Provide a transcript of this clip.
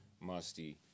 musty